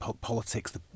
politics